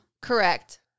Correct